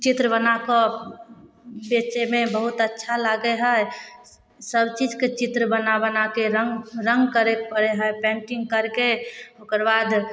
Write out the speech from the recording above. चित्र बनाकऽ बेचयमे बहुत अच्छा लागै है सब चीजके चित्र बना बनाके रङ्ग रङ्ग करय पड़ै है पेंटिंग करके ओकर बाद